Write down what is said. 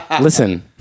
Listen